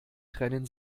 trennen